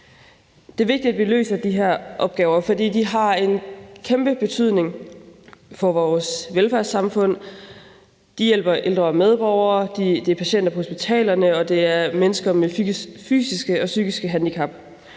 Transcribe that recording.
Det er vigtigt, at vi løser de opgaver, for det har en kæmpe betydning for vores velfærdssamfund. Det gælder hjælp til ældre medborgere, patienter på hospitalerne og mennesker med fysiske og psykiske handicap,